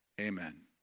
Amen